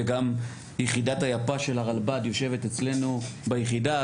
וגם יחידת --- של הרלב"ד יושבת אצלנו ביחידה,